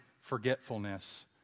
forgetfulness